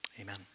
amen